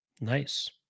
Nice